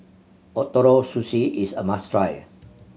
Ootoro Sushi is a must try